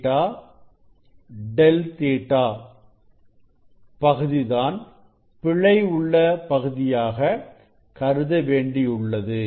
del Ɵ பகுதிதான் பிழை உள்ள பகுதியாக கருத வேண்டியுள்ளது